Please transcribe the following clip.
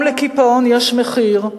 גם לקיפאון, יש מחיר.